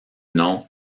nom